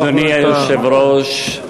אדוני היושב-ראש,